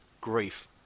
grief